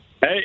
Hey